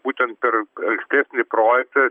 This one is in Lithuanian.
būtent per ankstesnį projektą